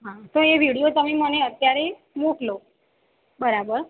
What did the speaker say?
તો એ વિડીયો તમે મને અત્યારે મોકલો બરાબર